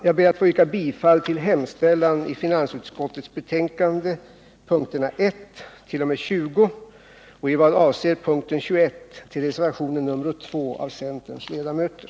Jag ber att få yrka bifall till hemställan i finansutskottets betänkande nr 10 punkterna 1 t.o.m. 20 och i vad avser punkten 21 till reservationen 2 av centerns ledamöter.